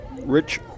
Rich